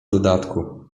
dodatku